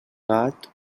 gat